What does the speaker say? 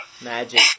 Magic